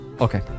Okay